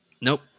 Nope